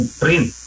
print